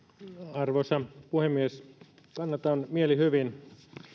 arvoisa puhemies kannatan mielihyvin